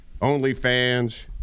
OnlyFans